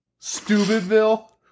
stupidville